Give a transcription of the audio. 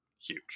huge